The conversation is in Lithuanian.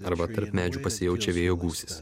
arba tarp medžių pasijaučia vėjo gūsis